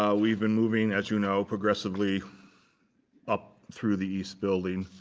um we've been moving, as you know, progressively up through the east building.